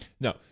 No